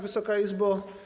Wysoka Izbo!